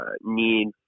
need